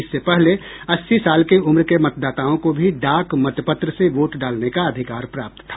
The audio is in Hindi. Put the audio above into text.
इससे पहले अस्सी साल के उम्र के मतदाताओं को भी डाक मतपत्र से वोट डालने का अधिकार प्राप्त था